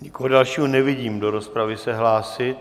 Nikoho dalšího nevidím do rozpravy se hlásit.